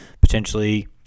potentially